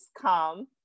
come